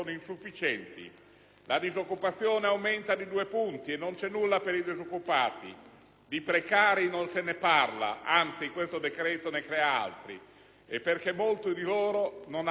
La disoccupazione aumenta di due punti e non c'è nulla per i disoccupati. Di precari non se ne parla (anzi, questo decreto ne crea altri); molti di loro non hanno più il lavoro.